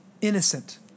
innocent